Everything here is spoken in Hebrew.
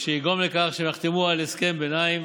שיגרום לכך שהם יחתמו על הסכם ביניים